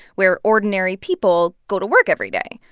where ordinary people go to work every day.